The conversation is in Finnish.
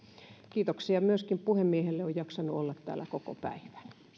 kiitoksia myöskin puhemiehelle on jaksanut olla täällä koko päivän